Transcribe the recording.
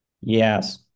Yes